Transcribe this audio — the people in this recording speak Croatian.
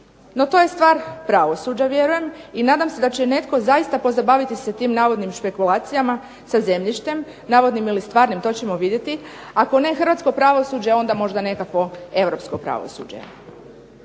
No, to je stvar pravosuđa vjerujem i nadam se da će netko zaista pozabaviti se tim navodnim špekulacijama sa zemljištem. navodnim ili stvarnim, to ćemo vidjeti. Ako ne hrvatsko pravosuđe onda možda nekakvo europsko pravosuđe.